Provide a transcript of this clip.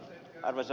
kun ed